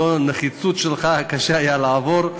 ללא הנחישות שלך קשה היה לעבור.